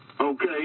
Okay